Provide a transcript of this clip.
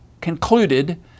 concluded